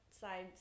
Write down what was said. side